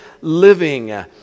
Living